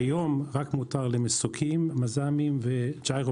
כיום רק מותר למסוקים, מז"מים וג'ירופלנים.